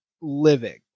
living